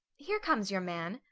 here comes your man,